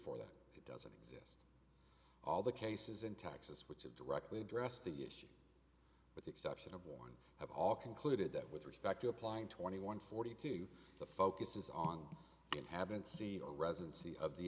for that it doesn't exist all the cases in texas which have directly addressed the issue with the exception of one have all concluded that with respect to applying twenty one forty two the focus is on and haven't seen a residency of the